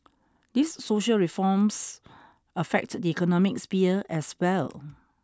these social reforms affect the economic sphere as well